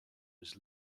his